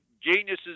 geniuses